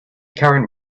current